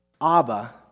Abba